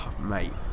mate